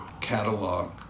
catalog